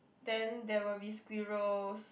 then there will be squirrels